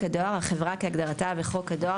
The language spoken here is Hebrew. הדואר" - החברה כהגדרתה בחוק הדואר,